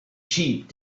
sheep